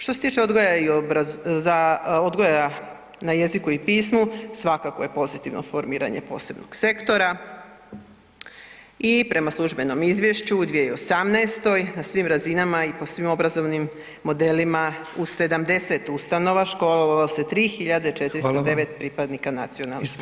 Što se tiče odgoja na jeziku i pismu, svakako je pozitivno formiranje posebnog sektora i prema službenom izvješću u 2018., na svim razinama i po svim obrazovnim modelima, u 70 ustanova školovalo se 3 409 pripadnika nacionalnih manjina.